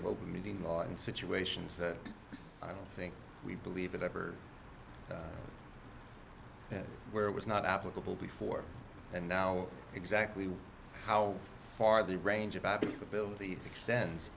of open meetings law in situations that i don't think we believe it ever where it was not applicable before and now exactly how far the range of our ability extends